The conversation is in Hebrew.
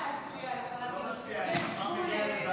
להחיל דין